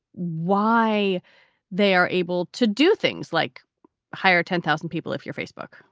why they are able to do things like hire ten thousand people if your facebook